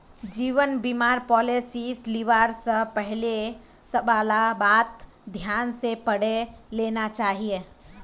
जीवन बीमार पॉलिसीस लिबा स पहले सबला बात ध्यान स पढ़े लेना चाहिए